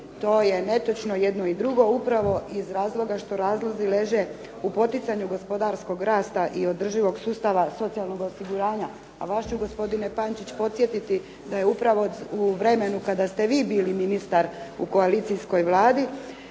To je netočno, jedno i drugo, upravo iz razloga što razlozi leže u poticanju gospodarskog rasta i održivog sustava socijalnog osiguranja, a vas ću gospodine Pančić podsjetiti da je upravo u vremenu kada ste vi bili ministar u koalicijskoj Vladi,